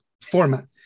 format